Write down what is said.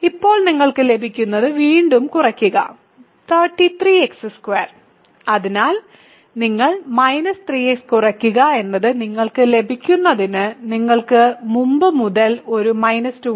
ഇപ്പോൾ നിങ്ങൾക്ക് ലഭിക്കുന്നത് വീണ്ടും കുറയ്ക്കുക 33x2 അതിനാൽ നിങ്ങൾ 3x കുറയ്ക്കുക എന്നത് നിങ്ങൾക്ക് ലഭിക്കുന്നത് നിങ്ങൾക്ക് മുമ്പ് മുതൽ ഒരു 2 ഉണ്ട്